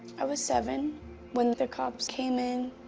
i was seven when the cops came in.